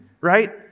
right